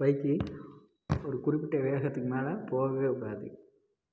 bike ஒரு குறிப்பிட்ட வேகத்துக்கு மேலே போகவே கூடாது